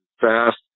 fast